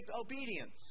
obedience